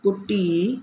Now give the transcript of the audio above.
कुट्टी